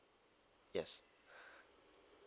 yes